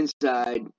inside